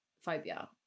phobia